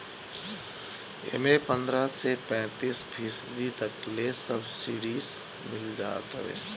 एमे पन्द्रह से पैंतीस फीसदी तक ले सब्सिडी मिल जात हवे